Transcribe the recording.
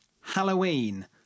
Halloween